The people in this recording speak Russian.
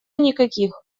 никаких